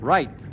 Right